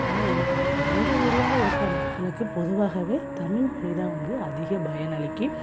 ஆனால் எங்கள் தா எங்கள் ஏரியாவில் இருக்கிற மக்களுக்கு பொதுவாகவே தமிழ்மொலி தான் வந்து அதிக பயனளிக்கு